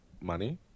money